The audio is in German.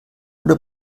oder